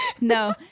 no